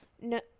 No